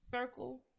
circle